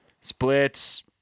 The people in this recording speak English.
Splits